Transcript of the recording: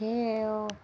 ते ओह्